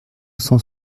cent